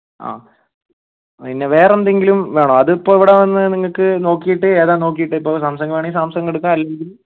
ആ പിന്നെ വേറെന്തെങ്കിലും വേണോ അത് ഇപ്പോൾ ഇവിടെവന്ന് നിങ്ങൾക്ക് നോക്കീട്ട് ഏതാ നോക്കീട്ട് ഇപ്പോൾ സാംസങ് ആണെങ്കിൽ സാംസങ് എടുക്കാം അല്ലെങ്കിൽ